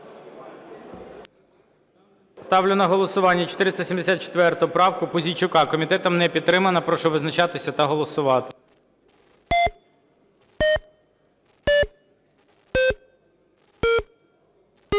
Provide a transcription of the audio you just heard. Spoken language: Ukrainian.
Ставлю на голосування 474 правку Пузійчука. Комітетом не підтримана. Прошу визначатися та голосувати.